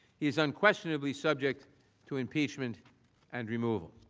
it's unquestionably subject to impeachment and removal